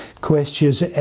Questions